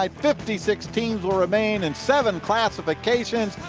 and fifty six teams will remain in seven classifications.